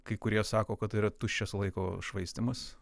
kai kurie sako kad tai yra tuščias laiko švaistymas